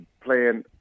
playing